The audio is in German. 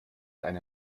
eine